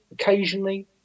Occasionally